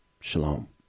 Shalom